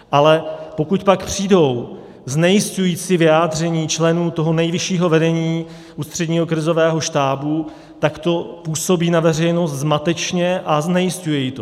Ale pokud pak přijdou znejisťující vyjádření členů toho nejvyššího vedení Ústředního krizového štábu, tak to působí na veřejnost zmatečně a znejisťuje ji to.